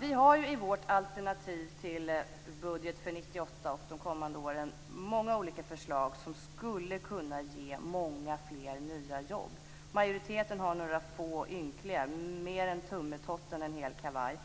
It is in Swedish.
Vi har i vårt alternativ till budget för 1998 och för de därefter kommande åren många olika förslag som skulle kunna ge många fler nya jobb. Majoriteten har några få ynkliga sådana, mer en tummetott än en hel kavaj.